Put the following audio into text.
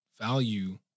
value